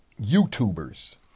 YouTubers